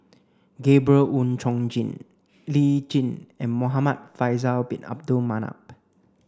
Gabriel Oon Chong Jin Lee Tjin and Muhamad Faisal bin Abdul Manap